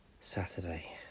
Saturday